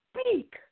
speak